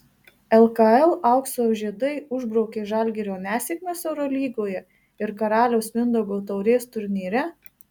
lkl aukso žiedai užbraukė žalgirio nesėkmes eurolygoje ir karaliaus mindaugo taurės turnyre